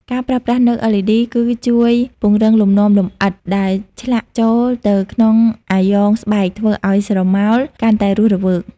ការប្រើប្រាស់នៅ LED គឺជួយពង្រឹងលំនាំលម្អិតដែលឆ្លាក់ចូលទៅក្នុងអាយ៉ងស្បែក ធ្វើឱ្យស្រមោលកាន់តែរស់រវើក។